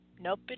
nope